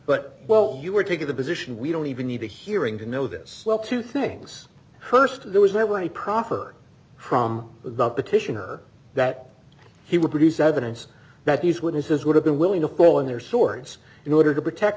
but well you were taking the position we don't even need a hearing to know this well two things st there was never any proffer from the petitioner that he would produce evidence that these witnesses would have been willing to fall in their swords in order to protect